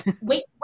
wait